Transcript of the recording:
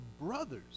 brothers